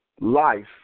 life